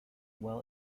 well